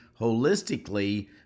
holistically